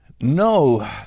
No